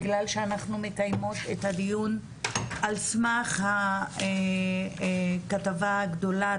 בגלל שאנחנו מקיימות את הדיון על סמך כתבה גדולה,